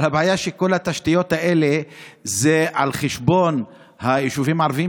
אבל הבעיה היא שכל התשתיות האלה הן על חשבון היישובים הערביים,